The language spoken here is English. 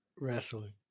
wrestling